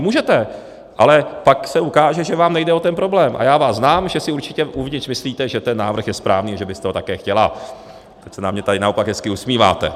Můžete, ale pak se ukáže, že vám nejde o ten problém, a já vás znám, že si určitě uvnitř myslíte, že ten návrh je správný, že byste ho také chtěla, tak se na mě tady naopak hezky usmíváte.